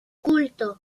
culto